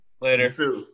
Later